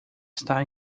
está